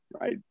right